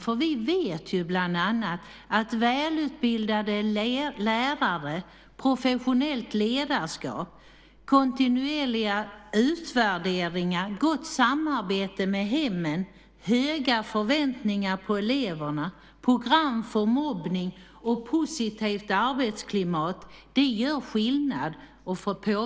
Vi vet att det som bland annat gör skillnad och påverkar resultaten är välutbildade lärare, professionellt ledarskap, kontinuerliga utvärderingar, gott samarbete med hemmen, höga förväntningar på eleverna, program för mobbning och positivt arbetsklimat.